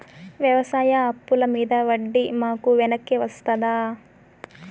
వ్యవసాయ అప్పుల మీద వడ్డీ మాకు వెనక్కి వస్తదా?